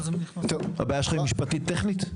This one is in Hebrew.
הבעיה שלך היא משפטית טכנית?